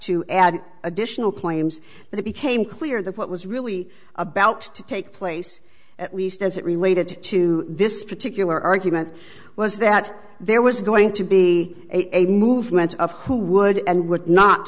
to add additional claims that it became clear what was really about to take place at least as it related to this particular argument was that there was going to be a movement of who would and would not